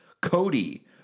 Cody